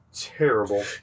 terrible